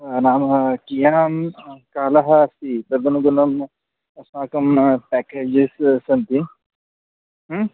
अ नाम कियत् कालः अस्ति तदनुगुणम् अस्माकं प्याकेजस् सन्ति